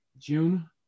june